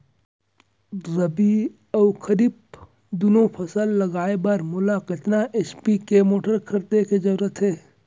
रबि व खरीफ दुनो फसल लगाए बर मोला कतना एच.पी के मोटर खरीदे के जरूरत हे?